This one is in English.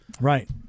Right